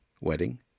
wedding